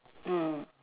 ah